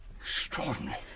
Extraordinary